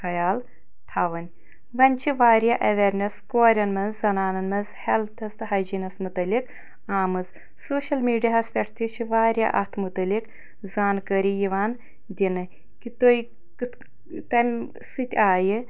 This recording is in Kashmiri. خیال تھاوٕنۍ وۅنۍ چھِ واریاہ ایٚویرنٮ۪س کورٮ۪ن مَنٛز زنانن مَنٛز ہیٚلتھَس تہٕ ہایجیٖنَس مُتعلِق آمٕژ سوشَل میٖڈیاہَس پٮ۪ٹھ تہِ چھِ واریاہ اتھ مُتعلِق زانٛکٲری یوان دِنہٕ کہِ تُہۍ کِتھٕ کمہِ سۭتۍ آیہِ